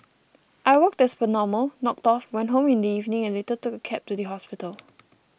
I worked as per normal knocked off went home in the evening and later took a cab to the hospital